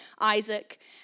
Isaac